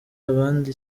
abandi